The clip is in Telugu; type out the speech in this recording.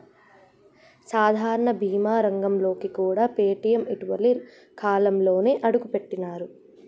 సాధారణ బీమా రంగంలోకి కూడా పేటీఎం ఇటీవలి కాలంలోనే అడుగుపెట్టినరు